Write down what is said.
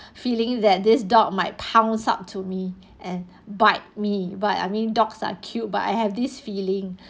feeling that this dog might pounds up to me and bite me but I mean dogs are cute but I have this feeling